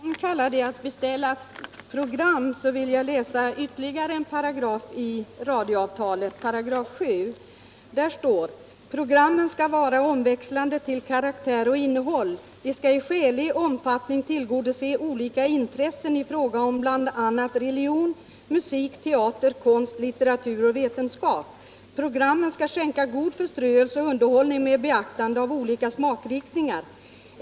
Herr talman! När herr Zachrisson i detta sammanhang talar om att beställa program vill jag läsa upp ytterligare en paragraf i radioavtalet, 7 5, där det står: "Programmen skall vara omväxlande till karaktär och innehåll. De skall i skälig omfattning tillgodose olika intressen i fråga om bland annat religion, musik, teater, konst, litteratur och vetenskap. Programmen skall skänka god förströelse och underhållning med beaktande av olika smakriktningar.